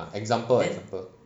ah example example